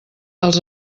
els